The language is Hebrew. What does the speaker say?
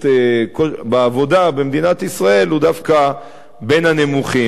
בעבודה במדינת ישראל הוא דווקא בין הנמוכים.